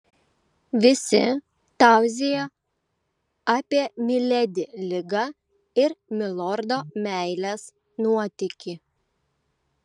visi tauzija apie miledi ligą ir milordo meilės nuotykį